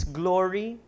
glory